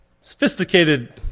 sophisticated